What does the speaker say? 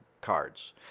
cards